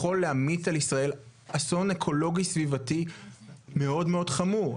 יכול להמיט על ישראל אסון אקולוגי סביבתי מאוד מאוד חמור,